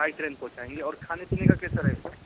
by train पहुचाएंगे और खाने पीने का कैसा रहेगा